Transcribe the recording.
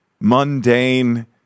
mundane